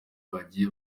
bagiye